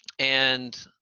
and